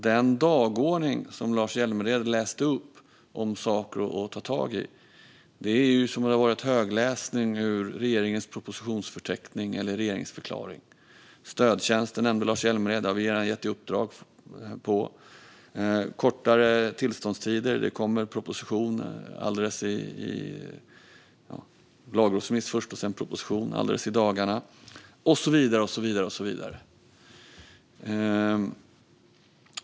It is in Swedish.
Den dagordning som Lars Hjälmered läste upp om saker att ta tag i låter som högläsning ur regeringens propositionsförteckning eller regeringsförklaring. Lars Hjälmered nämnde stödtjänster. Det har vi redan gett uppdrag om. Kortare tillståndstider kommer det i dagarna, efter lagrådsremiss, en proposition om. Så kan man fortsätta.